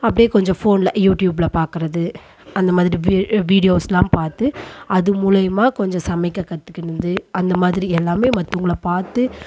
அப்படியே கொஞ்சம் ஃபோனில் யூடியூபில் பார்க்குறது அந்த மாதிரி வி வீடியோஸ்லாம் பார்த்து அது மூலிமா கொஞ்சம் சமைக்க கற்றுக்கினது அந்த மாதிரி எல்லாம் மற்றவங்களப் பார்த்து